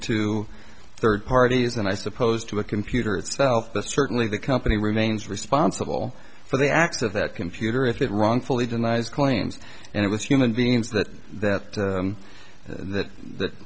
to third parties and i suppose to a computer itself but certainly the company remains responsible for the act of that computer if it wrongfully denies claims and it was human beings that that